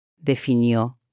definió